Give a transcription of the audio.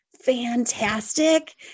fantastic